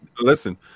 listen